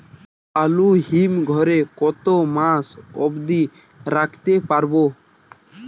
আলু হিম ঘরে কতো মাস অব্দি রাখতে পারবো?